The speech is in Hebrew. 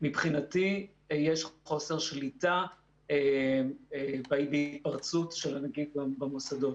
מבחינתי יש חוסר שליטה בהתפרצות של הנגיף במוסדות.